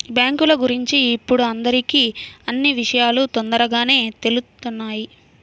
బ్యేంకుల గురించి ఇప్పుడు అందరికీ అన్నీ విషయాలూ తొందరగానే తెలుత్తున్నాయి